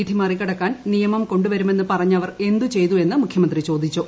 വിധി മറികടക്കാൻ ്നിയമം കൊണ്ടുവരുമെന്ന് പറഞ്ഞവർ എന്തു ചെയ്തു എന്ന് മുഖ്യമന്ത്രി ചോദിച്ചു